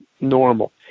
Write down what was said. normal